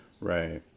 Right